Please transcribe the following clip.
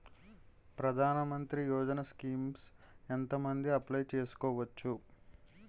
ప్రధాన మంత్రి యోజన స్కీమ్స్ ఎంత మంది అప్లయ్ చేసుకోవచ్చు?